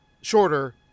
shorter